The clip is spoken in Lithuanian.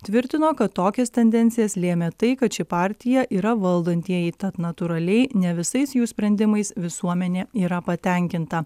tvirtino kad tokias tendencijas lėmė tai kad ši partija yra valdantieji tad natūraliai ne visais jų sprendimais visuomenė yra patenkinta